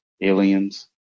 aliens